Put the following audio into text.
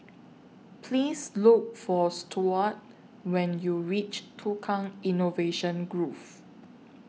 Please Look For Stuart when YOU REACH Tukang Innovation Grove